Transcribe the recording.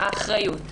האחריות,